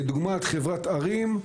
כדוגמת חברת ערים,